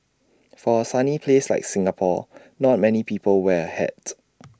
for A sunny place like Singapore not many people wear A hat